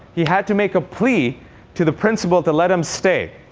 he had to make a plea to the principal to let him stay.